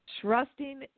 trusting